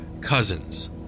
cousins